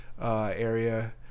area